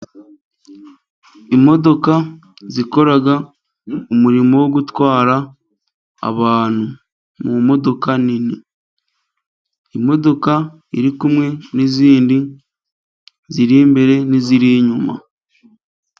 Imodoka zikora umurimo wo gutwara abantu mu modoka nini. Imodoka iri kumwe n'izindi ziri imbere n'iziri inyuma.